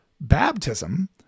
baptism